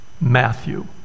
Matthew